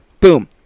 boom